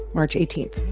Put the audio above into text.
march eighteen